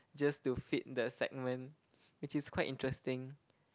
just to feed the segment which is quite interesting